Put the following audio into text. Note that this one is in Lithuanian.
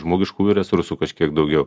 žmogiškųjų resursų kažkiek daugiau